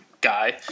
guy